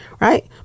Right